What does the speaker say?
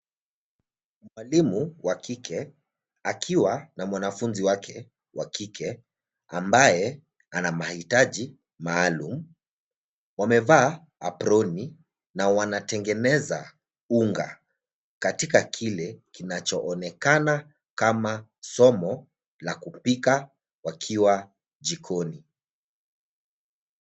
Mwalimu wa kike akiwa na mwanafunzi wake wa kike ambaye ana mahitaji maalum, wamevaa aproni na wanatengeneza unga katika kile kinachoonekana kama somo la kupika wakiwa jikoni.